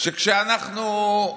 כשאנחנו,